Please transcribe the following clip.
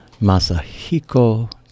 Masahiko